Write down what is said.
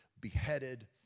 beheaded